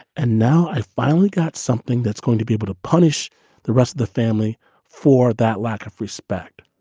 and now i finally got something that's going to be able to punish the rest of the family for that lack of respect.